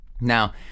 now